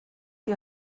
die